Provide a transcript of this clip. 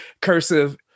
cursive